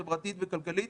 חברתית וכלכלית